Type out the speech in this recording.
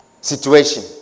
situation